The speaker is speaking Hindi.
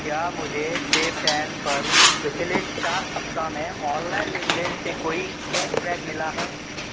क्या मुझे पेपैल पर पिछले चार सप्ताह में ऑनलाइन लेन देन से कोई कैशबैक मिला है